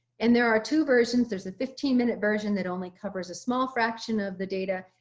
and there are two versions. there's a fifteen minute version that only covers a small fraction of the data.